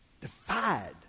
defied